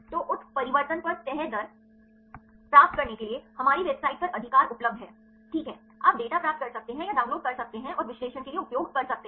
तो उत्परिवर्तन पर तह दर प्राप्त करने के लिए हमारी वेबसाइट पर अधिकार उपलब्ध है ठीक है आप डेटा प्राप्त कर सकते हैं या डाउनलोड कर सकते हैं और विश्लेषण के लिए उपयोग कर सकते हैं